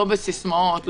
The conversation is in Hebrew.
לא בסיסמאות,